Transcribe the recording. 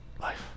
life